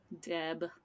Deb